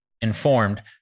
informed